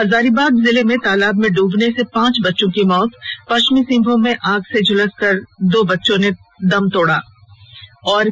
हजारीबाग जिले में तालाब में डूबने से पांच बच्चों की मौत पश्चिमी सिंहभूम में आग से झुलस कर दो बच्चों ने तोड़ा दम